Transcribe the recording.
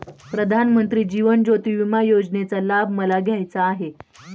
प्रधानमंत्री जीवन ज्योती विमा योजनेचा लाभ मला घ्यायचा आहे